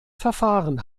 verfahren